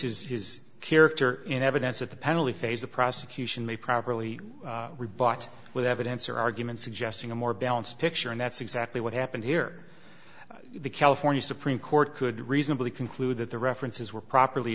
puts his character in evidence at the penalty phase the prosecution may properly rebut with evidence or argument suggesting a more balanced picture and that's exactly what happened here the california supreme court could reasonably conclude that the references were properly